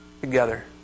together